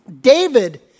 David